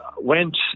went